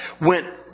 went